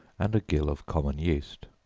and a gill of common yeast.